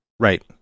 Right